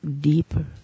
deeper